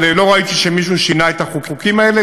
אבל לא ראיתי שמישהו שינה את החוקים האלה